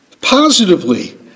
Positively